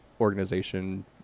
organization